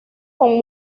con